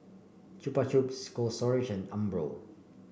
Chupa Chups Cold Storage and Umbro